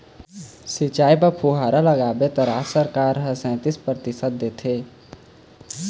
सिंचई बर फुहारा लगाबे त राज सरकार ह सैतीस परतिसत देथे